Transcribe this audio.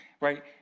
right